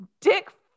dick